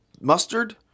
mustard